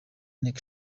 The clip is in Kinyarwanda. nteko